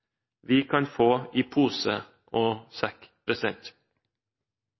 Vi kan få i pose og sekk.